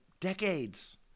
decades